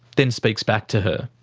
then speaks back to her.